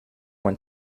went